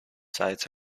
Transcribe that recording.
sites